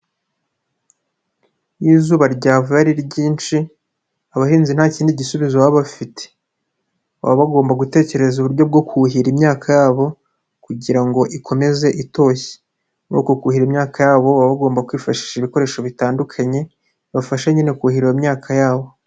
Iyo izuba ryavuye ari ryinshi abahinzi nta kindi gisubizo baba bafite baba bagomba gutekereza uburyo bwo kuhira imyaka yabo kugira ngo ikomeze itoshye muri uko kuhira imyaka yabo baba bagomba kwifashisha ibikoresho bitandukanye bibafasha nyine kuhira iyo imyaka yabo.